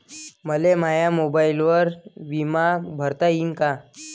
मले माया मोबाईलनं बिमा भरता येईन का?